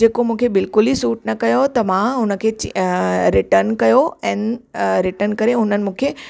जेको मूंखे बिल्कुलु ई सूट न कयो त मां हुनखे रिटन कयो ऐं रिटन करे हुन मूंखे